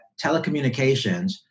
telecommunications